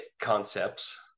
concepts